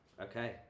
Okay